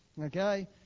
Okay